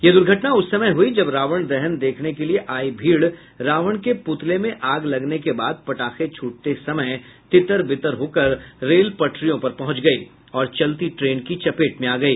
यह दुघर्टना उस समय हुई जब रावण दहन देखने के लिए आई भीड़ रावण के पुतले में आग लगने के बाद पटाखे छूटते समय तितर बितर होकर रेल पटरियों पर पहुंच गई और चलती ट्रेन की चपेट में आ गई